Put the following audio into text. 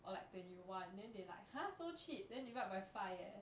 or like twenty one then they like !huh! so cheap then divide by five eh